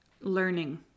Learning